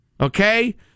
Okay